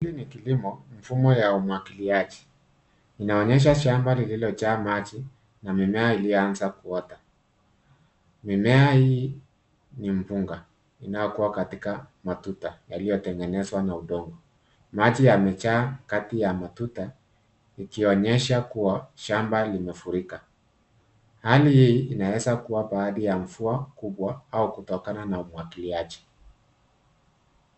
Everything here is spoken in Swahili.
Hii ni kilimo mdumo ya umwagiliaji. Inaonyesha shamba lililojaa maji na mimea iliyoanza kuota. Mimea hii ni mpunga inayokuwa katika matuta yaliyotengezwa na udongo. Maji yamejaa kati ya matuta ikionyesha kuwa shamba limefurika. Hali hii inaezakuwa baadhi ya mvua kubwa au kutokana na umwagiliaji.